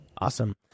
Awesome